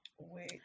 wait